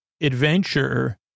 adventure